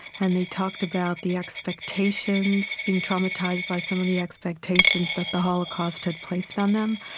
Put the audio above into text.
and they talked about the expectations being traumatized by some of the expectations that the holocaust had placed on them,